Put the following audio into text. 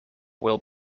will